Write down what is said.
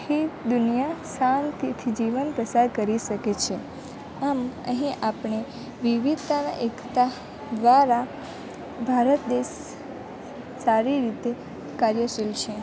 આખી દુનિયા શાંતિથી જીવન પસાર કરી શકે છે આમ અહીં આપણે વિવિધતામાં એકતા દ્વારા ભારત દેશ સારી રીતે કાર્યશીલ છે